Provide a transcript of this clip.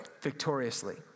victoriously